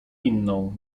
inną